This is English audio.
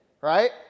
right